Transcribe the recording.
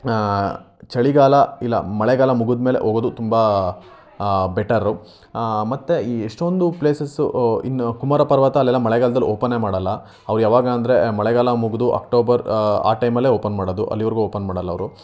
ಚಳಿಗಾಲ ಇಲ್ಲ ಮಳೆಗಾಲ ಮುಗಿದ ಮೇಲೆ ಹೋಗೋದು ತುಂಬ ಬೆಟರು ಮತ್ತು ಈ ಎಷ್ಟೊಂದು ಪ್ಲೇಸಸ್ಸು ಇನ್ನು ಕುಮಾರ ಪರ್ವತ ಅಲ್ಲೆಲ್ಲ ಮಳೆಗಾಲ್ದಲ್ಲಿ ಓಪನ್ನೇ ಮಾಡೋಲ್ಲ ಅವು ಯಾವಾಗ ಅಂದರೆ ಮಳೆಗಾಲ ಮುಗಿದು ಅಕ್ಟೋಬರ್ ಆ ಟೈಮಲ್ಲೇ ಓಪನ್ ಮಾಡೋದು ಅಲ್ಲೀವರೆಗೂ ಓಪನ್ ಮಾಡೋಲ್ಲ ಅವರು